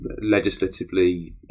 legislatively